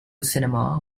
cinema